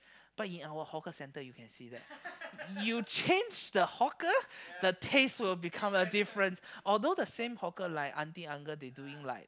but in our hawker centre you can see that you change the hawker the taste will become a different although the same hawker like auntie uncle they doing like